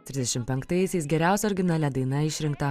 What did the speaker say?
trisdešim penktaisiais geriausia originalia daina išrinkta